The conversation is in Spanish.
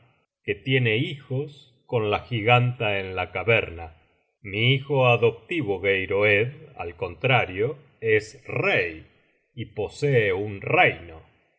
que tiene hijos con la giganta en la caverna mi hijo adoptivo geiroed al contrario es rey y posee un reino